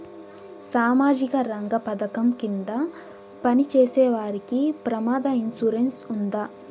సామాజిక రంగ పథకం కింద పని చేసేవారికి ప్రమాద ఇన్సూరెన్సు ఉందా?